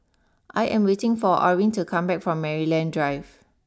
I am waiting for Orene to come back from Maryland Drive